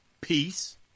Peace